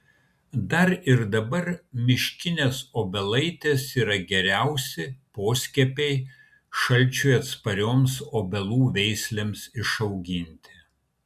dar ir dabar miškinės obelaitės yra geriausi poskiepiai šalčiui atsparioms obelų veislėms išauginti